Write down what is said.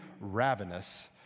ravenous